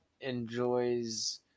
enjoys